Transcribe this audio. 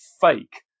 fake